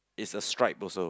is a stripe also